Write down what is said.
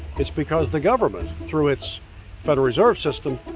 it's because the government, through its federal reserve system,